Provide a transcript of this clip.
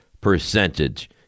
percentage